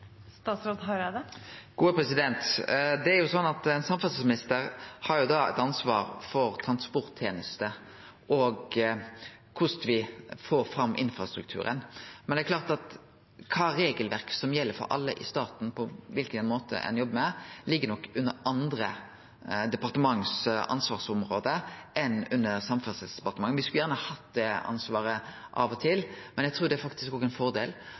Det er jo sånn at ein samferdselsminister har eit ansvar for transporttenester og korleis me får fram infrastrukturen, men det er klart at kva regelverk som gjeld for alle i staten for kva måte ein jobbar på, ligg nok under ansvarsområde til andre departement enn Samferdselsdepartementet. Me skulle gjerne hatt det ansvaret av og til, men eg trur det faktisk òg er ein fordel